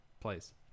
Please